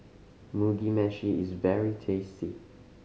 Mugi Meshi is very tasty